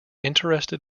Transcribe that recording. interested